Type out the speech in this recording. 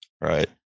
Right